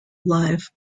live